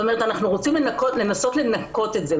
אנחנו רוצים לנסות לנקות את זה.